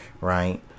Right